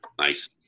nice